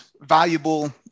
valuable